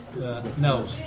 No